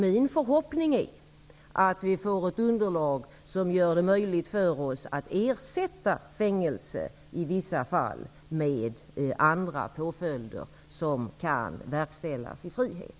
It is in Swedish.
Min förhoppning är att vi skall få ett underlag som gör det möjligt att ersätta fängelse i vissa fall med andra påföljder som kan verkställas i frihet.